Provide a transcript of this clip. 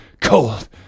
Cold